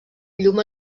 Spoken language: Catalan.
llum